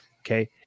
Okay